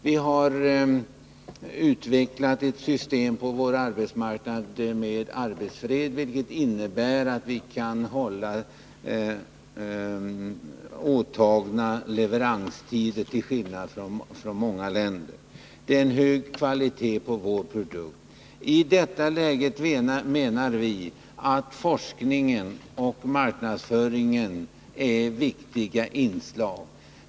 Vi har utvecklat ett system med arbetsfred på arbetsmarknaden, vilket innebär att vi kan hålla åtagna leveranstider till skillnad från många andra länder. Det är hög kvalitet på våra produkter. Vi menar att forskningen och marknadsföringen i detta läge är viktiga inslag.